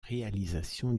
réalisation